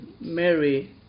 Mary